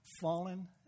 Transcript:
fallen